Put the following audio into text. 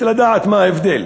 רציתי לדעת מה ההבדל.